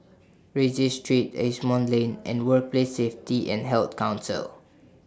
Rienzi Street Asimont Lane and Workplace Safety and Health Council